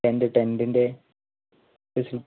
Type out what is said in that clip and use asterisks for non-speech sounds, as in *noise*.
tent ടെൻ്റിൻ്റെ *unintelligible*